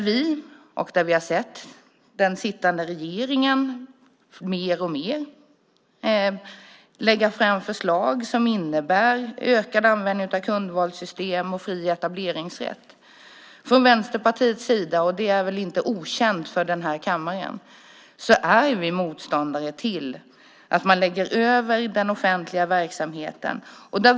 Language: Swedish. Vi har sett att den sittande regeringen alltmer lägger fram förslag som innebär ökat användande av kundvalssystem och fri etableringsrätt. Det är väl inte okänt för kammaren att vi från Vänsterpartiets sida är motståndare till att man lägger över den offentliga verksamheten.